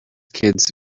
kids